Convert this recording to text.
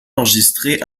enregistré